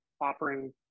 offering